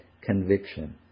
conviction